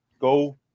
Go